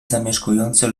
zamieszkujący